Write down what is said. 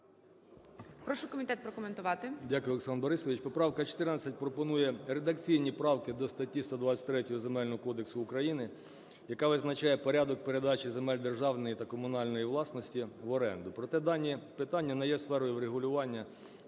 Прошу комітет прокоментувати.